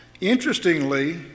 Interestingly